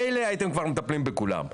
מילא הייתם כבר מטפלים בכולם.